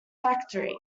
factory